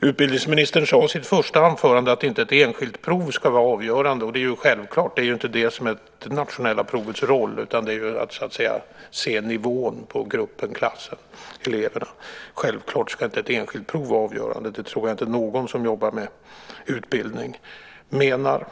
Utbildningsministern sade i sitt första anförande att ett enskilt prov inte ska vara avgörande, och det är ju självklart. Det är inte det som är det nationella provets roll utan att se nivån på gruppen, klassen, eleverna. Självklart ska inte ett enskilt prov vara avgörande; det tror jag inte att någon som jobbar med utbildning menar.